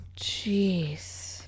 Jeez